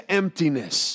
emptiness